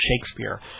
Shakespeare